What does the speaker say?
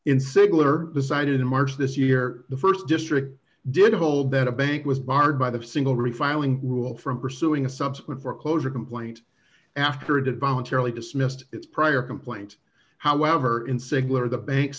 in sigler resided in march this year the st district did hold that a bank was barred by the single refiling rule from pursuing a subsequent foreclosure complaint after it voluntarily dismissed its prior complaint however in sigler the bank